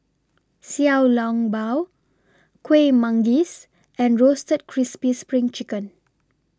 Xiao Long Bao Kueh Manggis and Roasted Crispy SPRING Chicken